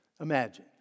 Imagine